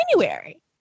January